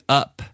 up